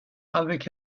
avec